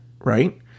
right